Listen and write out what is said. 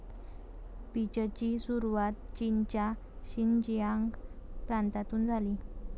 पीचची सुरुवात चीनच्या शिनजियांग प्रांतातून झाली